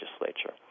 Legislature